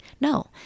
No